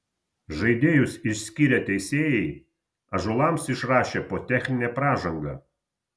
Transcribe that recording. žaidėjus išskyrę teisėjai ąžuolams išrašė po techninę pražangą